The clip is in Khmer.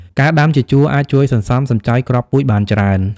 ការដាំជាជួរអាចជួយសន្សំសំចៃគ្រាប់ពូជបានច្រើន។